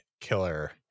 killer